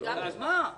אז מה?